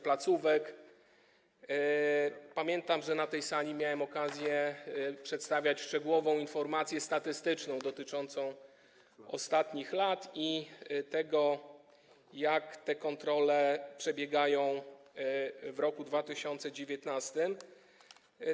Pamiętam, że na tej sali miałem okazję przedstawiać szczegółową informację statystyczną dotyczącą ostatnich lat oraz tego, jak te kontrole przebiegają w 2019 r.